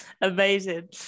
amazing